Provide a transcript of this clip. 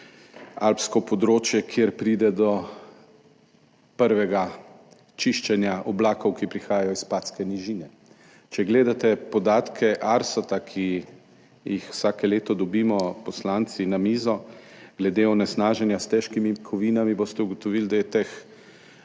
alpsko področje, kjer pride do prvega čiščenja oblakov, ki prihajajo iz Padske nižine. Če gledate podatke Arsa, ki jih vsako leto dobimo poslanci na mizo glede onesnaženja s težkimi kovinami, boste ugotovili, da je teh